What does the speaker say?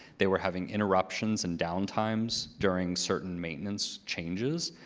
they were having interruptions and downtimes during certain maintenance changes.